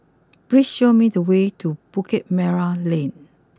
please show me the way to Bukit Merah Lane